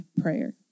prayer